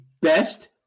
best